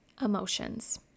emotions